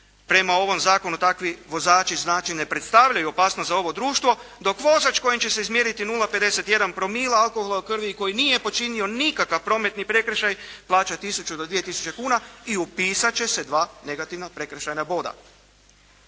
Prema ovom zakonu takvi vozači znači ne predstavljaju opasnost za ovo društvo, dok vozač kojem će se izmjeriti 0,51 promila alkohola u krvi i koji nije počinio nikakav prometni prekršaj plaća 1000 do 2000 kuna i upisat će se 2 negativna prekršajna boda.